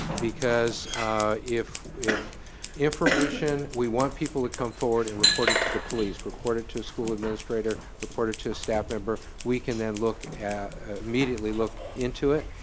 because if information, we want people to come forward and report it to the police, report it to a school administrator, report it to a staff member. we can then look, immediately look into it,